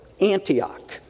Antioch